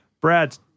Brad